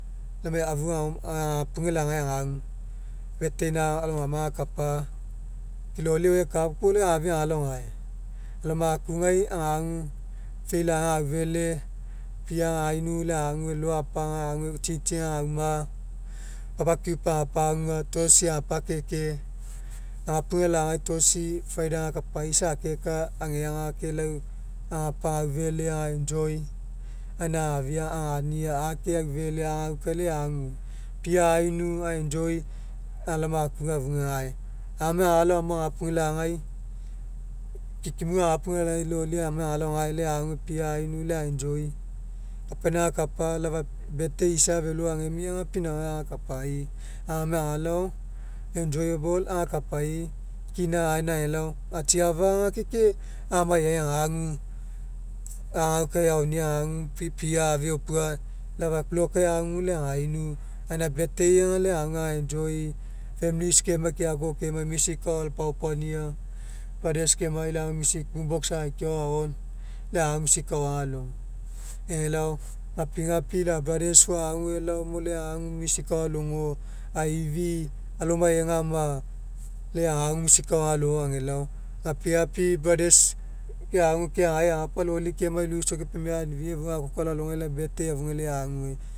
Lai amai afu agao agapuge lagai agagu birthday gaina alogama agakapa loli e'u eka puo lai agafia agalao gae o ma'akugai agagu fei lagai agaufele pia gaina lai agagu lo'o agapaga lai ague tsitsi agauma barbeque agapagua tosisi agapakeke agapuge lagai tosisi fried agakapa isa akeka ageaga ke lai agapa agaufele aga enjoy gaina agafia agania ake aufele agau lai ague pia ainu a'enjoy alao makuga afuga gae agalao gome agapuge lagai kikimuga agapuge lagai loli agafia agalao gae lai ague pia ainu lai a'enjoy kapaina agakapa lau efau birthday isa felo agemia aga pinauga agakapai. Agamai agalao enjoyable aga kapai kina gaina agalao atsiafa ke lai amai e'ai agagu agaukae aoniai agagu pia afiopui lau efau block'ai againu lai birthday aga agu aga enjoy familis kemai keakoko kemai music ao apaopuania brothers ke ak lai agu music boom box akaikiai aga on lai agagu music ao agalogo agelao gapigapi brothers fou aguelao mo lai agu music ao alogo aifi alomai egama lai agagu music ao agalogo agelao gapigapi brothers loli kemai keagai agapa loli kemai lose mo kepenimai afia efua akoko alao alogai lai birthday afugai ague